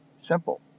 Simple